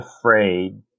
afraid